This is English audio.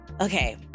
okay